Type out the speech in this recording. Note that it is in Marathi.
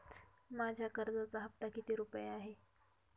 माझ्या कर्जाचा हफ्ता किती रुपये आहे?